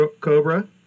Cobra